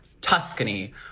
Tuscany